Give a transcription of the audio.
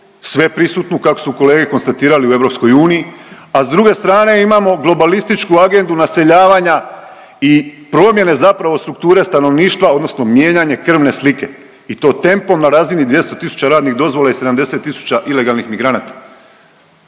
sveprisutnu kako su kolege konstatirali u EU, a s druge strane imamo globalističku agendu naseljavanja i promjene zapravo strukture stanovništva odnosno mijenjanje krvne slike i to tempom na razini 200 tisuća radnih dozvola i 70 tisuća ilegalnih migranata.